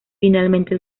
finalmente